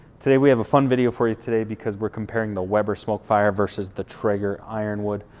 today we have a fun video for you today because we're comparing the weber smokefire versus the traeger ironwood.